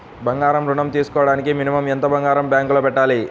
బంగారం ఋణం తీసుకోవడానికి మినిమం ఎంత బంగారం బ్యాంకులో పెట్టాలి?